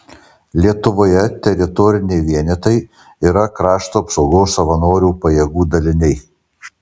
lietuvoje teritoriniai vienetai yra krašto apsaugos savanorių pajėgų daliniai